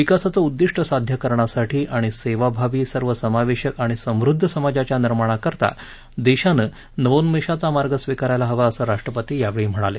विकासाचं उद्दिष्ट साध्य करण्यासाठी आणि सेवाभावी सर्वसमावेशक आणि समृद्ध समाजाच्या निर्माणाकरता देशानं नवोन्मेषाचा मार्ग स्वीकारायला हवा असं राष्ट्रपती यावेळी म्हणाले